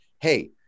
hey